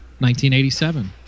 1987